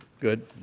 good